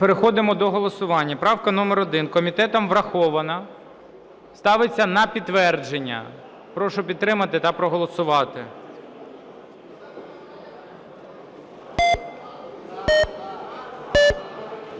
Переходимо до голосування. Правка номер 1. Комітетом врахована. Ставиться на підтвердження. Прошу підтримати та проголосувати.